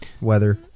Weather